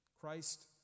Christ